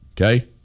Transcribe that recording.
okay